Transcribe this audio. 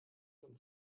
von